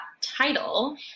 title